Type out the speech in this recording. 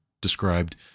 described